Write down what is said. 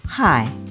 Hi